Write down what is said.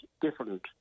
different